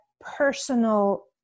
personal